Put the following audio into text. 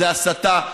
זה ההסתה.